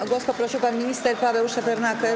O głos poprosił pan minister Paweł Szefernaker.